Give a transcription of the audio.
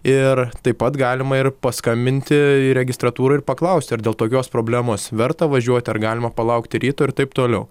ir taip pat galima ir paskambinti į registratūrą ir paklausti ar dėl tokios problemos verta važiuoti ar galima palaukti ryto ir taip toliau